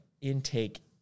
intake